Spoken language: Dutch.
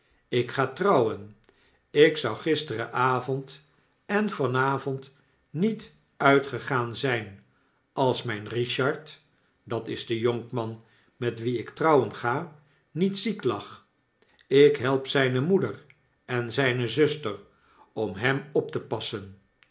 ik ga trouwen ik zou gisterenavond en van avond niet uitgegaan zijn als myn bichard dat is de jonkman met wien ik trouwen ga niet ziek lag ik help zyne moeder en zijne zuster om hem op te passen